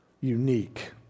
unique